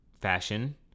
Fashion